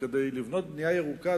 כדי לבנות בנייה ירוקה,